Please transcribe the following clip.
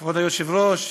כבוד היושב-ראש,